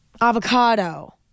avocado